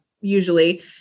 usually